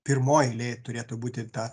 pirmoj eilėj turėtų būti ta